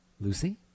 Lucy